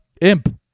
Imp